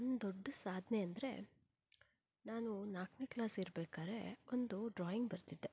ನನ್ನ ದೊಡ್ಡ ಸಾಧನೆ ಅಂದರೆ ನಾನು ನಾಲ್ಕನೇ ಕ್ಲಾಸ್ ಇರ್ಬೇಕಾದ್ರೆ ಒಂದು ಡ್ರಾಯಿಂಗ್ ಬರೆದಿದ್ದೆ